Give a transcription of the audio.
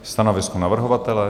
Stanovisko navrhovatele?